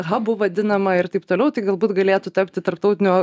habu vadinama ir taip toliau tai galbūt galėtų tapti tarptautiniu